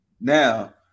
Now